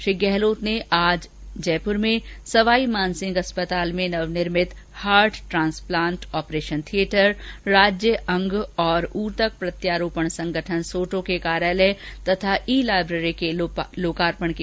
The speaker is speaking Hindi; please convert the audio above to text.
श्री गहलोत ने आज सवाई मानसिंह चिकित्सालय में नवनिर्मित हार्ट ट्रांसप्लांट ऑपरेशन थियेटर राज्य अंग और उत्तक प्रत्यारोपण संगठन सोटो के कार्यालय तथा ई लाईब्रेरी के लोकार्पण किया